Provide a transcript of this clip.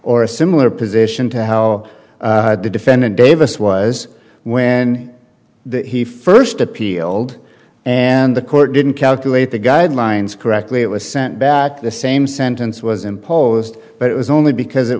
or a similar position to how the defendant davis was when he first appealed and the court didn't calculate the guidelines correctly it was sent back the same sentence was imposed but it was only because it